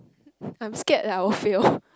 I'm scared that I will fail